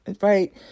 right